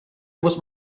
muss